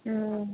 ह्म्